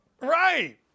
Right